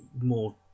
more